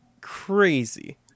crazy